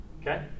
Okay